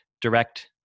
direct